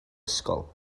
ysgol